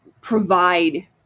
provide